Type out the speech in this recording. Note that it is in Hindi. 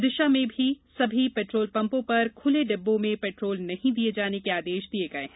विदिशा में सभी पेट्रोल पम्पो पर खुले डिब्बों में पेट्रोल नहीं दिये जाने के आदेश दिये गये हैं